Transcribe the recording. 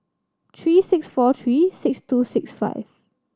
three six four three six two six five